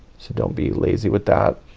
so don't be lazy with that.